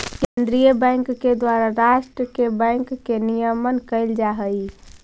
केंद्रीय बैंक के द्वारा राष्ट्र के बैंक के नियमन कैल जा हइ